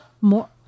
More